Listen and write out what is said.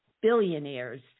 Billionaires